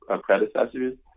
predecessors